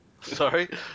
Sorry